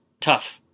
tough